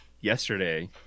yesterday